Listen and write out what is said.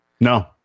No